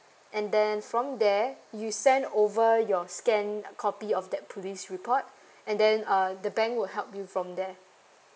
and then from there you send over your scanned copy of that police report and then uh the bank will help you from there